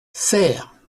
serres